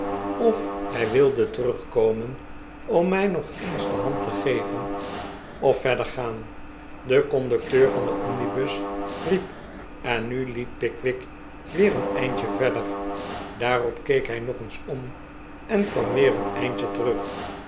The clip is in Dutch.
of hy wilde terugkomen om mij nog eens de hand te geven of verder gaan de conducteur van den omnibus riep en nu liep pickwick weer een eindje verder daaropkeek hij nog eens om en kwam weer een eindje terug